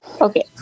Okay